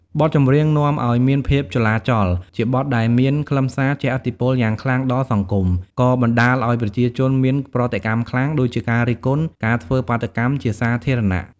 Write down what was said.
បទចម្រៀងនាំឱ្យមានភាពចលាចល ជាបទដែលមានខ្លឹមសារជះឥទ្ធិពលយ៉ាងខ្លាំងដល់សង្គម ក៏បណ្តាលឱ្យប្រជាជនមានប្រតិកម្មខ្លាំង ដូចជាការរិះគន់ ការធ្វើបាតុកម្មជាសាធារណៈ។